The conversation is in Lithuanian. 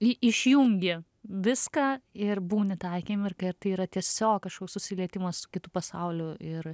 į išjungi viską ir būni tą akimirką ir tai yra tiesiog kažkoks susilietimas su kitu pasauliu ir